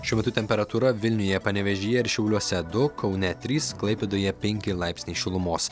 šiuo metu temperatūra vilniuje panevėžyje ir šiauliuose du kaune trys klaipėdoje penki laipsniai šilumos